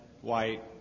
white